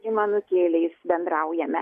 trim anūkėliais bendraujame